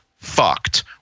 fucked